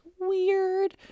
weird